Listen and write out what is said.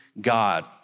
God